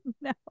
no